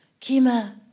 Kima